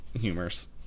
humors